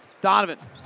Donovan